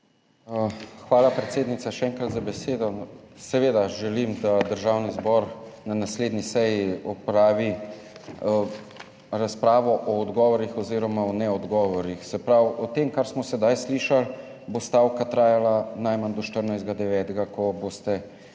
Hvala, predsednica, še enkrat za besedo. Seveda želim, da Državni zbor na naslednji seji opravi razpravo o odgovorih oziroma o neodgovorih. Se pravi, po tem, kar smo sedaj slišali, bo stavka trajala najmanj do 14. 9, ko boste